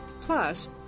Plus